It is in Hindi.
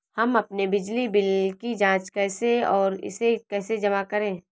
हम अपने बिजली बिल की जाँच कैसे और इसे कैसे जमा करें?